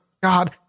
God